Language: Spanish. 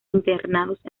internados